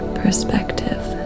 perspective